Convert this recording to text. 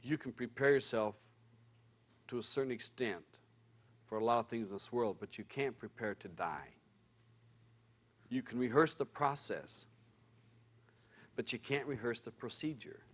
you can prepare yourself to a certain extent for a lot of things this world but you can prepare to die you can rehearse the process but you can't rehearse the procedure